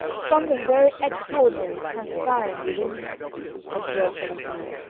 something very extraordinary is transpiring within you observed serapion,